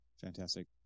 fantastic